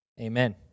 Amen